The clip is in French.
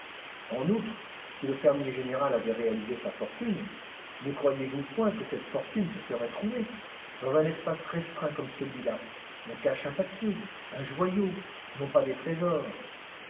en outre si le fermier général avait réalisé sa fortune ne croyez-vous point que cette fortune se serait trouvée dans un espace restreint comme celui-là on cache un papier un joyau non pas des trésors